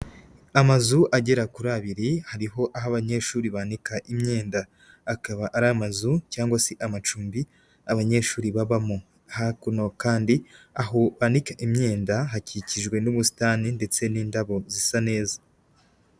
Amazu agera kuri abiri, hariho aho abanyeshuri bananika imyenda, akaba ari amazu cyangwa se amacumbi abanyeshuri babamo, hakuno kandi aho banika imyenda hakikijwe n'ubusitani ndetse n'indabo zisa neza.